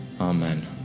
amen